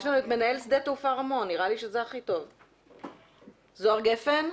מנהל שדה תעופה רמון, זוהר גפן.